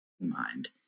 mind